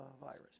virus